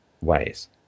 ways